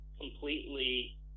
completely